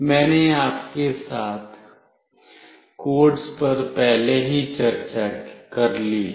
मैंने आपके साथ कोड्स पर पहले ही चर्चा कर ली है